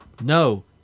No